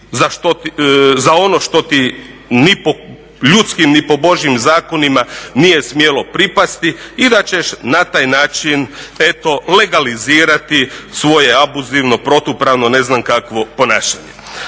za ono što ti ni po ljudskim ni po Božjim zakonima nije smjelo pripasti i da ćeš na taj način, eto, legalizirati svoje … protupravno, ne znam kakvo ponašanje.